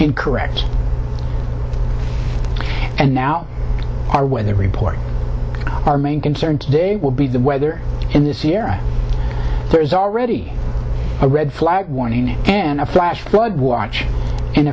incorrect and now our weather report our main concern today will be the weather in the sierra there's already a red flag warning and a flash flood watch in